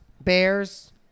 bears